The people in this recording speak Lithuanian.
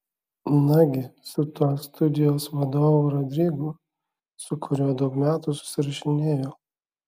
nagi su tuo studijos vadovu rodrigu su kuriuo daug metų susirašinėjo